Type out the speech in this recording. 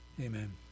Amen